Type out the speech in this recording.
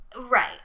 Right